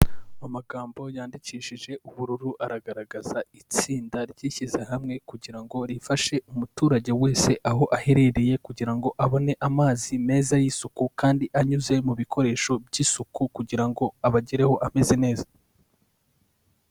Amagambo yandikishije ubururu, aragaragaza itsinda ryishyize hamwe kugira ngo rifashe umuturage wese aho aherereye, kugira ngo abone amazi meza y'isuku kandi anyuze bikoresho by'isuku, kugira ngo abagereho ameze neza.